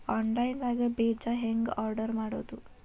Online ದಾಗ ಬೇಜಾ ಹೆಂಗ್ ಆರ್ಡರ್ ಮಾಡೋದು?